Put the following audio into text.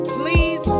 please